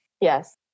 Yes